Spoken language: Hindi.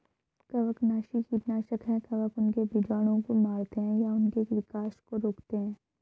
कवकनाशी कीटनाशक है कवक उनके बीजाणुओं को मारते है या उनके विकास को रोकते है